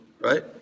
right